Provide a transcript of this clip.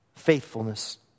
faithfulness